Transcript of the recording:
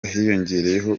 hiyongereyeho